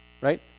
right